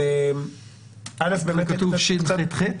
כתוב שחח?